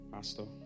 Master